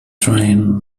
train